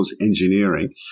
engineering